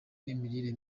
n’imirire